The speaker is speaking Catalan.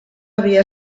havia